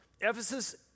Ephesus